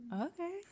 Okay